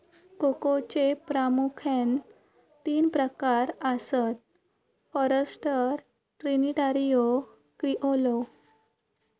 कोकोचे प्रामुख्यान तीन प्रकार आसत, फॉरस्टर, ट्रिनिटारियो, क्रिओलो